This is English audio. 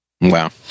Wow